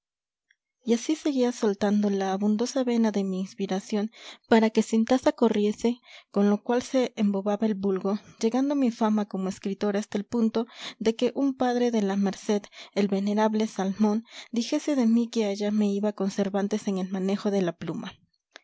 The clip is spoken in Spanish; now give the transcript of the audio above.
y así seguía soltando la abundosa vena de mi inspiración para que sin tasa corriese con lo cual se embobaba el vulgo llegando mi fama como escritor hasta el punto de que un padre de la merced el venerable salmón dijese de mí que allá me iba con cervantes en el manejo de la pluma